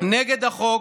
נגד החוק,